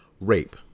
Rape